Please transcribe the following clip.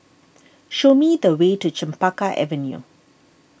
show me the way to Chempaka Avenue